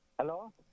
Hello